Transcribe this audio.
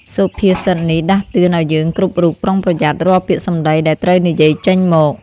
សុភាសិតនេះដាស់តឿនឱ្យយើងគ្រប់រូប ប្រុងប្រយ័ត្នរាល់ពាក្យសម្ដីដែលត្រូវនិយាយចេញមក។